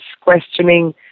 questioning